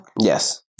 Yes